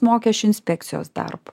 mokesčių inspekcijos darbu